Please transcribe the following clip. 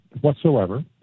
whatsoever